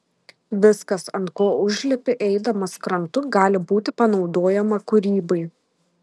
viskas ant ko užlipi eidamas krantu gali būti panaudojama kūrybai